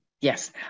Yes